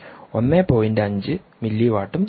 5 മില്ലിവാട്ടും നൽകും